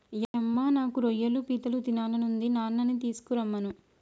యమ్మ నాకు రొయ్యలు పీతలు తినాలని ఉంది నాన్ననీ తీసుకురమ్మను